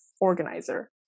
organizer